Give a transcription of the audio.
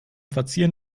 verzieren